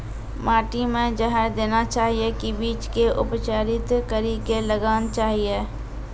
माटी मे जहर देना चाहिए की बीज के उपचारित कड़ी के लगाना चाहिए?